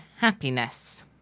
happiness